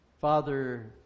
Father